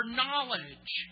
knowledge